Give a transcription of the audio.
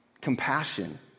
compassion